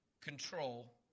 control